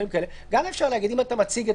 גם אפשר להגיד: אם אתה מציג,